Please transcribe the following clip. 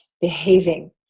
behaving